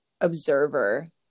observer